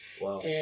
Wow